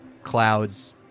clouds